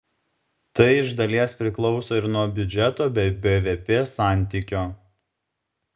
tai iš dalies priklauso ir nuo biudžeto bei bvp santykio